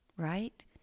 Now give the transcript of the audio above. right